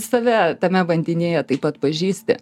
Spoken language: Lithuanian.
save tame vandenyje taip atpažįsti